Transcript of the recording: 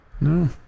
No